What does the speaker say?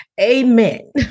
Amen